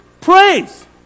praise